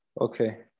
Okay